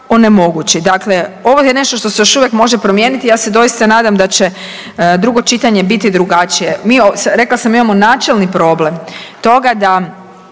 onemogući? Dakle, ovo je nešto što se još uvijek može promijeniti. Ja se doista nadam da će drugo čitanje biti drugačije. Mi smo rekla sam imamo načelni problem toga da